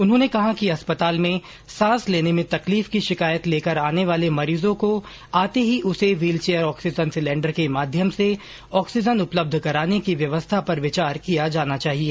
उन्होंने कहा कि अस्पताल में सांस लेने में तकलीफ की शिकायत लेकर आने वाले मरीज को आते ही उसे व्हीलचेयर ऑक्सीजन सिलेण्डर के माध्यम से ऑक्सीजन उपलब्ध कराने की व्यवस्था पर विचार किया जाना चाहिए